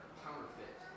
counterfeit